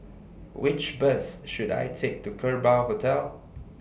Which Bus should I Take to Kerbau Hotel